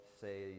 say